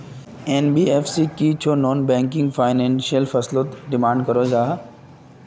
NBFC की छौ non banking financial फसलोत डिमांड करवा सकोहो जाहा?